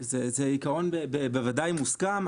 זה עיקרון מוסכם בוודאי.